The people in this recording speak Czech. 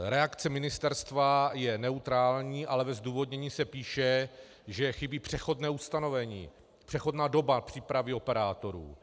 Reakce ministerstva je neutrální, ale ve zdůvodnění se píše, že chybí přechodné ustanovení, přechodná doba přípravy operátorů.